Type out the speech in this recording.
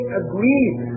agreed